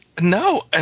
No